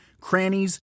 crannies